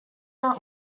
are